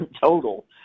total